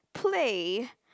play